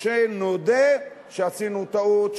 שנודה שעשינו טעות,